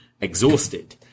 exhausted